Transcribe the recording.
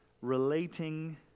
relating